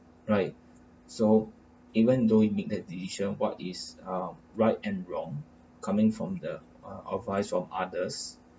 right so even though you make that decision what is uh right and wrong coming from the uh advice from others